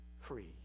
free